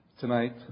Tonight